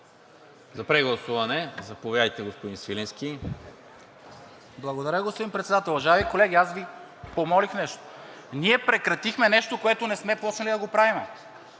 За прегласуване – заповядайте, господин Свиленски. ГЕОРГИ СВИЛЕНСКИ: Благодаря, господин Председател. Уважаеми колеги, аз Ви помолих нещо. Ние прекратихме нещо, което не сме почнали да го правим.